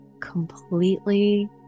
completely